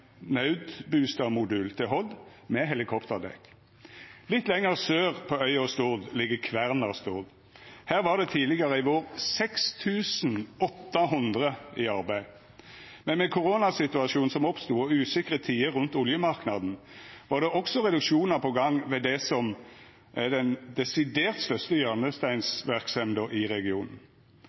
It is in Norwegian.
med helikopterdekk. Litt lenger sør på øya Stord ligg Kværner Stord. Der var det tidlegare i vår 6 800 i arbeid, men med koronasituasjonen som oppstod, og usikre tider rundt oljemarknaden, var det også reduksjonar på gang ved det som er den desidert største hjørnesteinsverksemda i regionen.